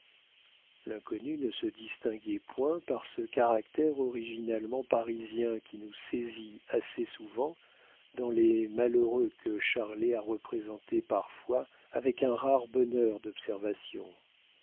l'inconnu ne se distinguait point par ce caractère originalement parisien qui nous saisit assez souvent dans les malheureux que charlet a représentés parfois avec un rare bonheur d'observation